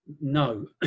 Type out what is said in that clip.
No